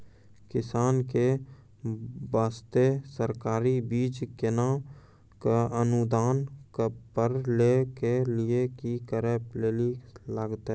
किसान के बास्ते सरकारी बीज केना कऽ अनुदान पर लै के लिए की करै लेली लागतै?